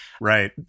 Right